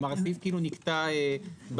כלומר הסעיף כאילו נקטע באמצע.